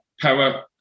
Power